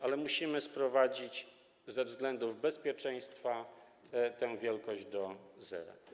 Ale musimy sprowadzić, ze względów bezpieczeństwa, tę wielkość do zera.